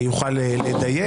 יוכל לדייק.